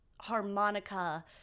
harmonica